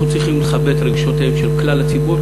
אנחנו צריכים לכבד את רגשותיהם של כלל הציבור,